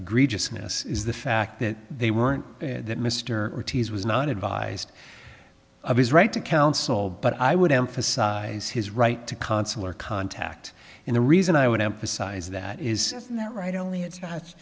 agree just miss is the fact that they weren't that mr t s was not advised of his right to counsel but i would emphasize his right to consular contact and the reason i would emphasize that is that right only